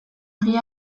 egia